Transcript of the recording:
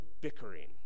bickering